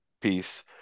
piece